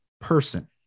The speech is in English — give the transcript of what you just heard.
person